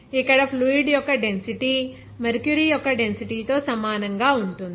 కాబట్టి ఇక్కడ ఫ్లూయిడ్ యొక్క డెన్సిటీ మెర్క్యూరీ యొక్క డెన్సిటీ తో సమానంగా ఉంటుంది